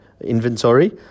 inventory